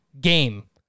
game